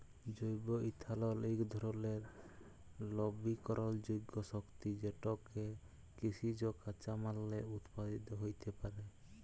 জৈব ইথালল ইক ধরলের লবিকরলযোগ্য শক্তি যেটকে কিসিজ কাঁচামাললে উৎপাদিত হ্যইতে পারে